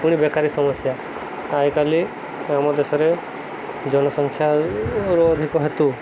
ପୁଣି ବେକାରୀ ସମସ୍ୟା ଆଜି କାଲି ଆମ ଦେଶରେ ଜନସଂଖ୍ୟାର ଅଧିକ ହେତୁ